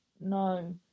no